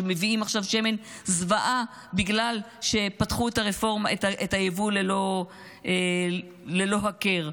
שמביאים עכשיו שמן זוועה בגלל שפתחו את הייבוא ללא הכר.